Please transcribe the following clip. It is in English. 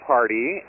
Party